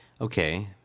okay